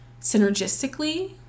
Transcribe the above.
synergistically